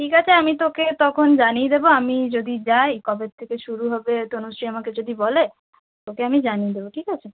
ঠিক আছে আমি তোকে তখন জানিয়ে দেব আমি যদি যাই কবের থেকে শুরু হবে তনুশ্রী আমাকে যদি বলে তোকে আমি জানিয়ে দেব ঠিক আছে